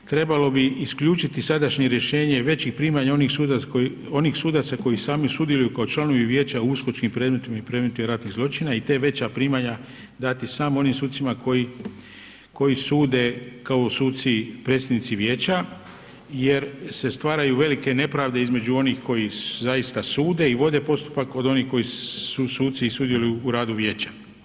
Trebalo bi isključiti sadašnje rješenje većih primanja onih sudaca koji sami sudjeluju kao članovi vijeća u USKOČKIM predmetima i predmetima ratnih zločina i te veća primanja dati samo onim sucima koji sude kao suci predsjednici vijeća jer se stvaraju velike nepravde između onih koji zaista sude i vode postupak od onih koji su suci i sudjeluju u radu vijeća.